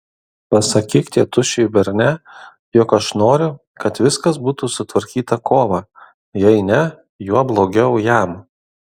pasakyk tėtušiui berne jog aš noriu kad viskas būtų sutvarkyta kovą jei ne juo blogiau jam